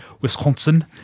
Wisconsin